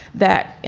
that, you